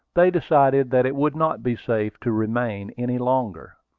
they decided that it would not be safe to remain any longer.